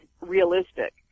realistic